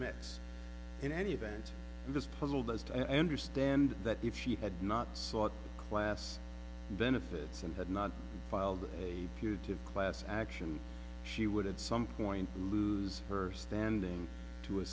mets in any event i'm just puzzled as to i understand that if she had not sought class benefits and had not filed a q tip class action she would at some point lose her standing to a